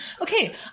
Okay